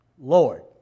Lord